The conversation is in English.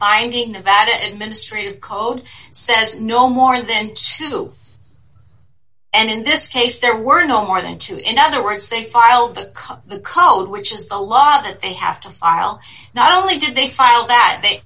binding nevada and ministry of code says no more than two and in this case there were no more than two in other words they filed the cut code which is the law that they have to file not only did they file that